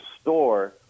store